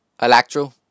Electro